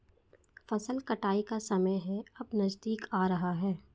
फसल कटाई का समय है अब नजदीक आ रहा है